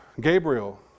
Gabriel